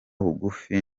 bugufi